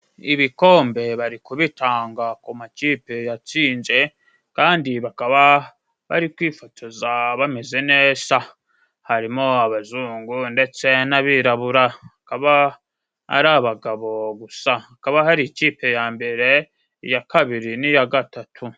Ibikombe bari kubitanga ku makipe yatsinze, kandi bakaba bari kwifotoza bameze neza. Harimo abazungu ndetse n'abiraburaba. Akaba ari abagabo gusa. Hakaba hari ikipe ya mbere iya kabiri n'iya gatatu.